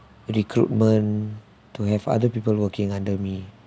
recruitment to have other people working under me